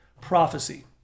prophecy